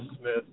Smith